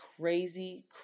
crazy